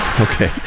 Okay